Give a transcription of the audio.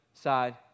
side